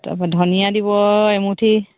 তাৰপৰা ধনিয়া দিব এমুঠি